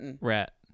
Rat